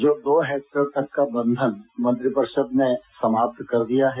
जो दो हेक्टेयर तक का बंधन मंत्रिपरिषद में समाप्त कर दिया है